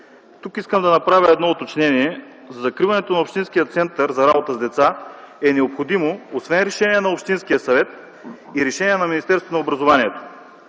Тук искам да направя едно уточнение – за закриването на Общинския център за работа с деца е необходимо, освен решение на Общинския съвет, и решение на Министерството на образованието.